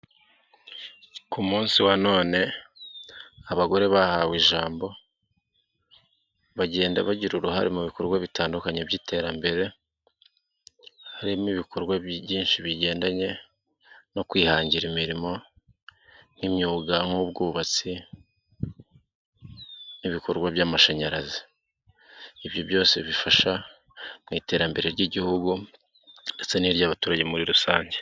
Ku munsi wa none abagore bahawe ijambo, bagenda bagira uruhare mu bikorwa bitandukanye by'iterambere harimo ibikorwa byinshi bigendanye no kwihangira imirimo nk'imyuga, nk'ubwubatsi n'ibikorwa by'amashanyarazi. Ibyo byose bifasha mu iterambere ry'igihugu ndetse n'iry'abaturage muri rusange.